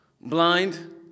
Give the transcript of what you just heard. Blind